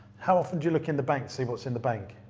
how often do you look in the bank, see what's in the bank?